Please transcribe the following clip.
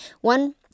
One